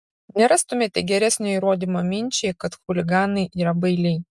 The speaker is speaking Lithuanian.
nerastumėte geresnio įrodymo minčiai kad chuliganai yra bailiai